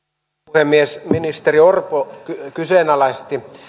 puhemies ministeri orpo kyseenalaisti